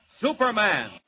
Superman